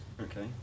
okay